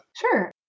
Sure